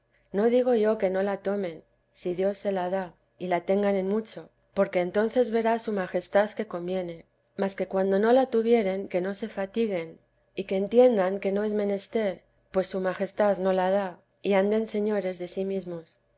no digo yo que no la tomen si dios se la da y la tengan en mucho porque entonces verá su majestad que conviene mas que cuando no la tuvieren que no se fatiguen y que entiendan que no es menester pues su majestad no la da y anden señores de sí mesmos